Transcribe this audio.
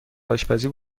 آشپزی